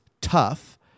tough